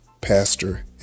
Pastor